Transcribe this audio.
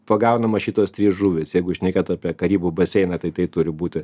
pagaunama šitos trys žuvys jeigu šnekėt apie karibų baseiną tai tai turi būti